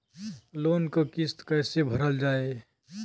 Loan क किस्त कैसे भरल जाए?